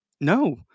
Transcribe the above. No